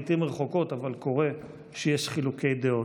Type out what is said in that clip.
אומנם לעיתים רחוקות, אבל קורה, שיש חילוקי דעות.